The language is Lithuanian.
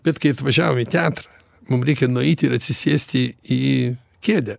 bet kai atvažiavom į teatrą mum reikia nueiti ir atsisėsti į kėdę